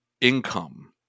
income